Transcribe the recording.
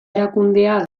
erakundea